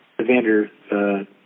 Evander